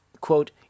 quote